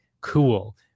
cool